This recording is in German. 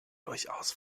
durchaus